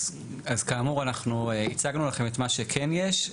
כאמור, אנחנו הצגנו לכם את מה שכן יש.